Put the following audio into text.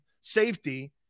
safety